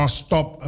stop